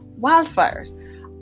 wildfires